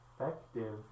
effective